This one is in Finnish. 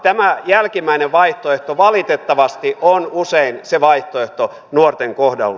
tämä jälkimmäinen vaihtoehto valitettavasti on usein se vaihtoehto nuorten kohdalla